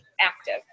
active